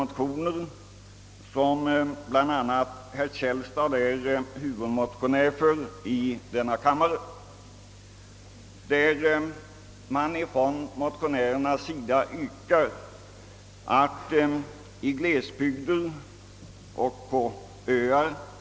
Motionärerna yrkar bl.a. att radion och televisionen skall användas vid undervisning i glesbygder och på öar.